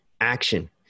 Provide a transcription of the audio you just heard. action